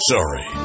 Sorry